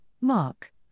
Mark